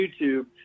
YouTube